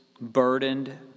burdened